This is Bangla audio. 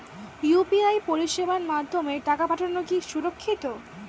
ইউ.পি.আই পরিষেবার মাধ্যমে টাকা পাঠানো কি সুরক্ষিত?